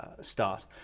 start